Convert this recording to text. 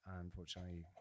unfortunately